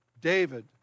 David